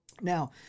Now